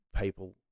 people